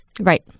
Right